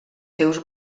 seus